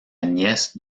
nièce